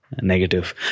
negative